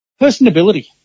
Personability